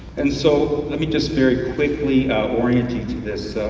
and so let me just very quickly orient you through this.